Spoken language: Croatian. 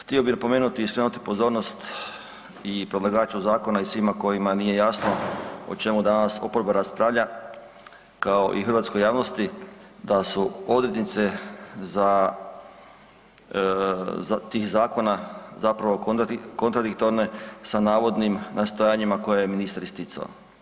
Htio bih napomenuti i skrenuti pozornost i predlagaču zakona i svima kojima nije jasno o čemu danas oporba raspravlja, kao i hrvatskoj javnosti da su odrednice za tih zakona, zapravo kontradiktorne sa navodnim nastojanjima koje je ministar isticao.